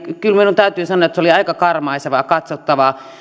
kyllä minun täytyy sanoa että se oli aika karmaisevaa katsottavaa